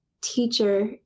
teacher